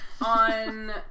On